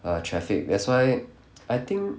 err traffic that's why I think